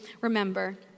remember